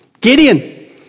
Gideon